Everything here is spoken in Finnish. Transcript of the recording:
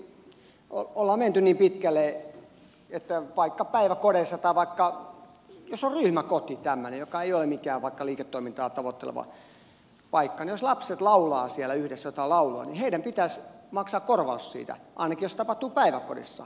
esimerkiksi ollaan menty niin pitkälle että jos vaikka päiväkodeissa tai jos on vaikka tämmöinen ryhmäkoti joka ei ole mikään liiketoimintaa tavoitteleva paikka lapset laulavat yhdessä jotain laulua heidän pitäisi maksaa korvaus siitä ainakin jos se tapahtuu päiväkodissa